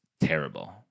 terrible